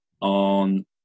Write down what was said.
on